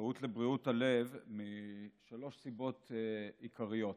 המודעות לבריאות הלב משלוש סיבות עיקריות.